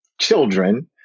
children